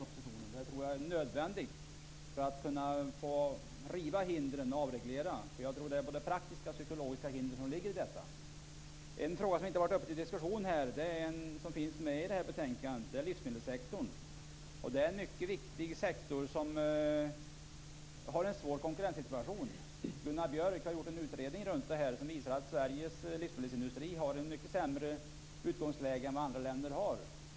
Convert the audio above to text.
Det tror jag är nödvändigt för att man skall kunna riva hindren och avreglera. Jag tror att det är både praktiska och psykologiska hinder som ligger i detta. En fråga som inte har varit uppe till diskussion här gäller något som finns med i detta betänkande, nämligen livsmedelssektorn. Det är en mycket viktig sektor som har en svår konkurrenssituation. Gunnar Björck har gjort en utredning om detta som visar att Sveriges livsmedelsindustri har ett mycket sämre utgångsläge än andra länder.